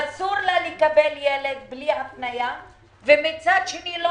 אסור לה לקבל ילד בלי הפניה ומצד שני לא